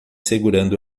segurando